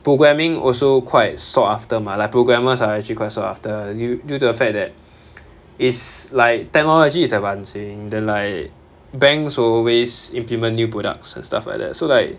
programming also quite sought after mah like programmers are actually quite sought after du~ due to the fact that is like technology is advancing then like banks will always implement new products and stuff like that so like